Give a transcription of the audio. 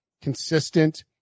consistent